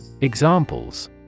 examples